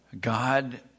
God